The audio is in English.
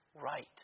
right